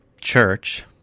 church